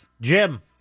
Jim